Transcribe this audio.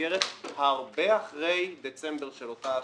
נסגרת הרבה אחרי דצמבר של אותה שנה.